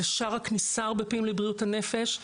זה שער הכניסה לעיתים לבריאות הנפש.